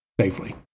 safely